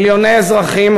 מיליוני אזרחים,